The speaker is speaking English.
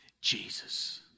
Jesus